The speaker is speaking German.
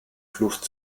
flucht